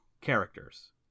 characters